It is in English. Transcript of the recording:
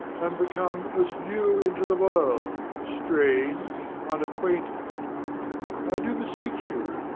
am become as new into the world, strange, unacquainted i do beseech you,